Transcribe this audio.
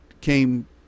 came